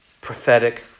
prophetic